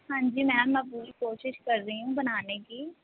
ਹਾਂਜੀ ਮੈਮ ਮੈਂ ਪੂਰੀ ਕੋਸ਼ਿਸ਼ ਕਰ ਰਹੀ ਹੂੰ ਬਨਾਨੇ ਕੀ